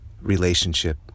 relationship